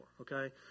okay